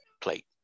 plate